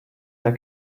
der